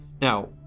Now